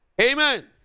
Amen